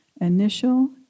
Initial